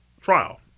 trial